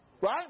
right